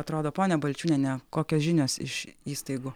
atrodo ponia balčiūniene kokios žinios iš įstaigų